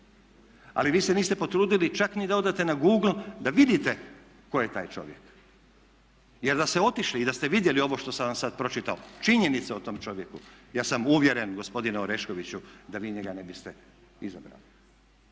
Ali vi se niste potrudili čak ni da odete na google, da vidite tko je taj čovjek. Jer da ste otišli i da ste vidjeli ovo što sam vam sada pročitao, činjenice o tom čovjeku, ja sam uvjeren gospodine Oreškoviću da vi njega ne biste izabrali.